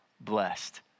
blessed